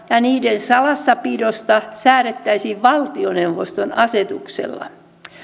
ja ja niiden salassapidosta säädettäisiin valtioneuvoston asetuksella